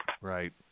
Right